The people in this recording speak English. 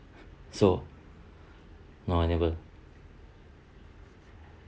so no I never